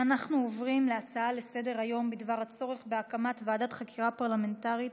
אנחנו עוברים להצעה לסדר-היום בדבר הצורך בהקמת ועדת חקירה פרלמנטרית